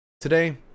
Today